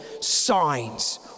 signs